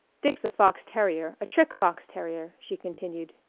dick's a fox terrier, a trick fox terrier, she continued.